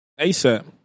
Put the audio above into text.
ASAP